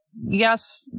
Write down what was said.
yes